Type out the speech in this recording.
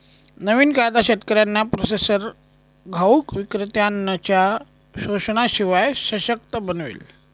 नवीन कायदा शेतकऱ्यांना प्रोसेसर घाऊक विक्रेत्त्यांनच्या शोषणाशिवाय सशक्त बनवेल